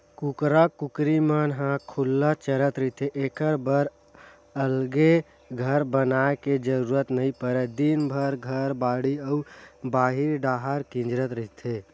कुकरा कुकरी मन ह खुल्ला चरत रहिथे एखर बर अलगे घर बनाए के जरूरत नइ परय दिनभर घर, बाड़ी अउ बाहिर डाहर किंजरत रहिथे